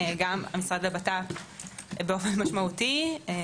גם עם המשרד לבט"פ באופן משמעותי.